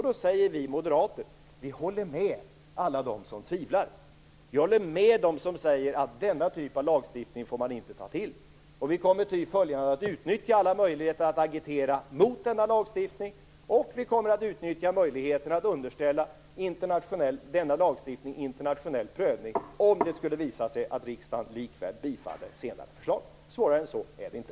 Då säger vi moderater: Vi håller med alla de som tvivlar och alla de som säger att denna typ av lagstiftning får man inte ta till. Vi kommer att utnyttja alla möjligheter att agitera mot denna lagstiftning. Vi kommer också att utnyttja möjligheten att underställa denna lagstiftning internationell prövning, om det skulle visa sig att riksdagen likväl bifaller senare förslag. Svårare än så är det inte.